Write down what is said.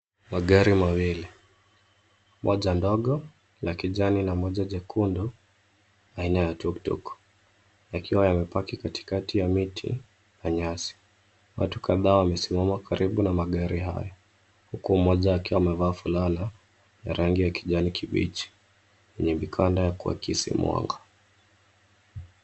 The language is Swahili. Magari mawili, moja ndogo la kijani na moja jekundu aina ya tuktuk, yakiwa yamepaki katikati ya miti na nyasi. Watu kadhaa wamesimama karibu na magari haya, huku mmoja akiwa amevaa fulana ya rangi ya kijani kibichi yenye vikanda ya kuakisi mwanga.